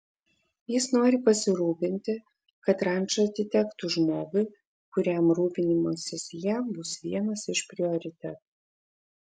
jis nori pasirūpinti kad ranča atitektų žmogui kuriam rūpinimasis ja bus vienas iš prioritetų